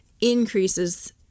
increases